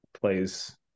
plays